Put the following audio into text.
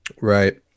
Right